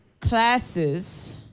classes